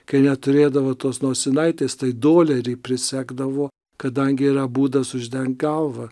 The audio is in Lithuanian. kai neturėdavo tos nosinaitės tai dolerį prisegdavo kadangi yra būdas uždengt galvą